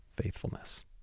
faithfulness